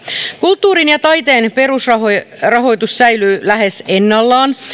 kulttuurin ja taiteen perusrahoitus säilyy lähes ennallaan